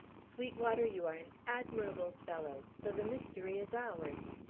sweetwater, you are an admirable fellow. so the mystery is ours.